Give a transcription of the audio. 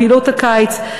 בפעילות הקיץ,